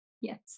Yes